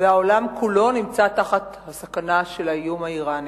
העולם כולו נמצא תחת הסכנה של האיום האירני.